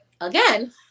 Again